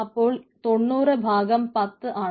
അപ്പോൾ 90 ഭാഗം പത്ത് ആണ്